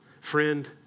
friend